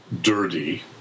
dirty